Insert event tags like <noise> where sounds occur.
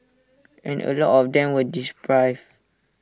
and A lot of them were dis <unintelligible>